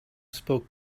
spoke